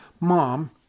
mom